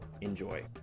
Enjoy